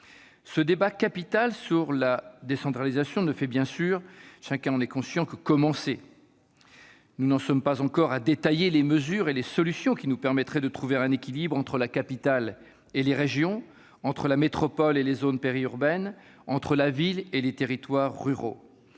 Ce débat capital sur la décentralisation, chacun en est conscient, ne fait que commencer. Nous n'en sommes pas encore à détailler les mesures et les solutions qui nous permettraient de trouver un équilibre entre la capitale et les régions, entre la métropole et les zones périurbaines, entre la ville et les territoires ruraux,